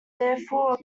therefore